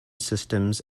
systems